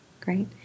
Great